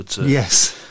Yes